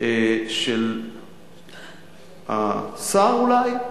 של השר אולי,